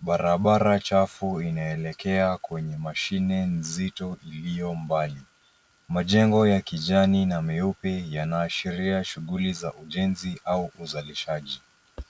Barabara chafu inaelekea kwenye mashine nzito iliyo mbali. Majengo ya kijani na meupe yanaashiria shughuli za ujenzi au uzalishaji.